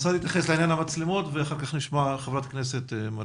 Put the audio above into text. השר יתייחס לעניין המצלמות ואחר כך נשמע את ח"כ מריח.